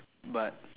but